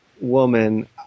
woman